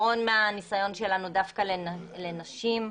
מהניסיון שלנו זה דווקא נותן יתרון לנשים.